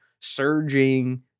surging